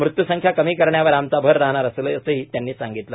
मृत्यू संख्या कमी करण्यावर आमचा भर राहणार असल्याचं त्यांनी सांगितलं